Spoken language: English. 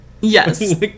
yes